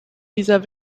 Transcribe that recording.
dieser